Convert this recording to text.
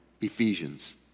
Ephesians